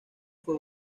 fue